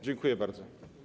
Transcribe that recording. Dziękuję bardzo.